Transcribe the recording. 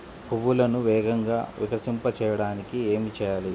పువ్వులను వేగంగా వికసింపచేయటానికి ఏమి చేయాలి?